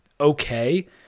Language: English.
okay